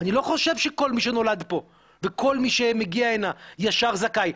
אני לא חושב שכל מי שנולד וכל מי שמגיע הנה ישר זכאי.